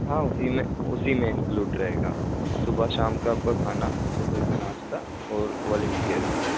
हाँ उसी में उसी में इन्क्लूड रहेगा सुबह शाम का आपका खाना सुबह का नाश्ता और वॉलंटियर भी